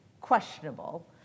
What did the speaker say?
questionable